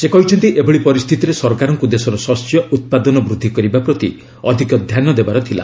ସେ କହିଛନ୍ତି ଏଭଳି ପରିସ୍ଥିତିରେ ସରକାରଙ୍କୁ ଦେଶର ଶସ୍ୟ ଉତ୍ପାଦନ ବୃଦ୍ଧି କରିବା ପ୍ରତି ଅଧିକ ଧ୍ୟାନ ଦେବାର ଥିଲା